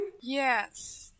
yes